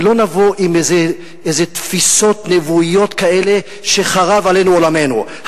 ולא נבוא עם איזה תפיסות נבואיות כאלה שחרב עלינו עולמנו,